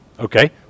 Okay